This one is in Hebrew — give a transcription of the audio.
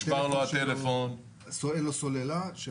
נשבר הטלפון, אין סוללה וכו'.